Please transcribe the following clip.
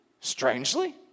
strangely